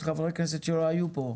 פשוט חברי כנסת שלא היו פה,